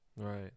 right